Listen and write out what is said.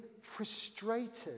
frustrated